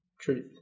Truth